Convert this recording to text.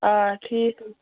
آ ٹھیٖک